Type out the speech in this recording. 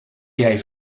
jij